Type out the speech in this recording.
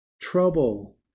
trouble